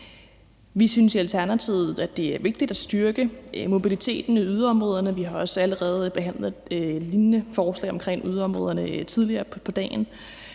Vi synes i Alternativet, at det er vigtigt at styrke mobiliteten i yderområderne. Vi har også allerede behandlet et lignende forslag omkring yderområderne tidligere på dagen.